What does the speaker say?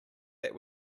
that